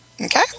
okay